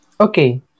okay